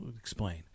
explain